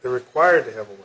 they're required to have